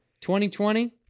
2020